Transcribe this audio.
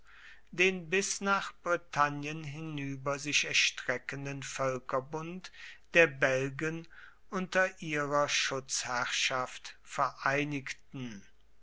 den bis nach britannien hinüber sich erstreckenden völkerbund der belgen unter ihrer schutzherrschaft vereinigten